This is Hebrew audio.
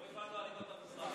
לא הבנו על עדות המזרח.